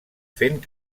fent